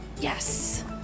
Yes